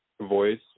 voice